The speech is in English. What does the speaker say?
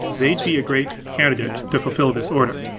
they'd be a great candidate to fulfill this order.